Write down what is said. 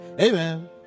amen